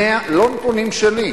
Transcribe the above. לא נתונים שלי,